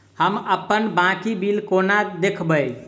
हम अप्पन बाकी बिल कोना देखबै?